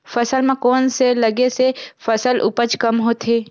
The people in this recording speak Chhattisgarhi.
फसल म कोन से लगे से फसल उपज कम होथे?